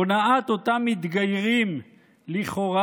הונאת אותם מתגיירים לכאורה,